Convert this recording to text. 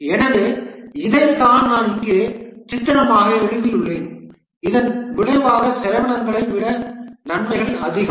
எனவே இதைத்தான் நான் இங்கே சித்திரமாக எழுதியுள்ளேன் இதன் விளைவாக செலவினங்களை விட நன்மைகள் அதிகம்